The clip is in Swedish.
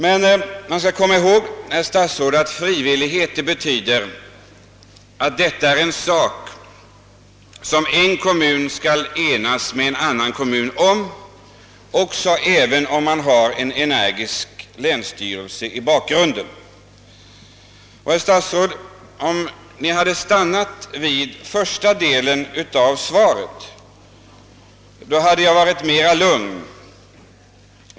Men man skall komma ihåg, herr statsråd, att frivilligheten innebär att en kommun skall enas med en annan kommun om denna sak även om man har en energisk länsstyrelse i bakgrunden. Om herr statsrådet hade stannat vid första delen av svaret, hade jag varit mera lugn.